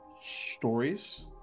stories